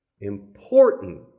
important